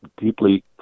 deeply